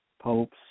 popes